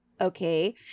Okay